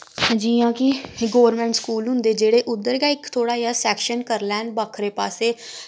जि'यां कि government school होंदे जेह्ड़े उध्दर गै इक थोह्ड़ा जेहा सैक्शन करी लैन बक्खरे पास्सै